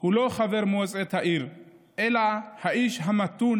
הוא לא חבר מועצת העיר אלא האיש המתון